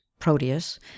Proteus